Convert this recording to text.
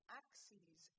axes